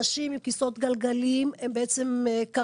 אנשים עם כסאות גלגלים הם חשופים.